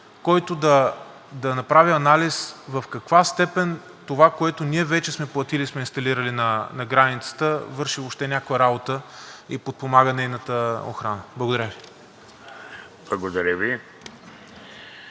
който да направи анализ в каква степен това, което ние вече сме платили и сме инсталирали на границата, върши въобще някаква работа и подпомага нейната охрана? Благодаря Ви. ПРЕДСЕДАТЕЛ